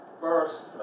First